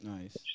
nice